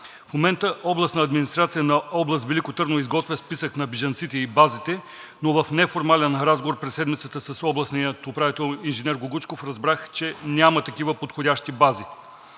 В момента Областната администрация на област Велико Търново изготвя списък на бежанците и базите, но в неформален разговор през седмицата с областния управител инженер Гугучков разбрах, че няма такива подходящи бази.